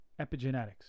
Epigenetics